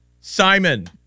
Simon